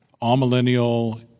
all-millennial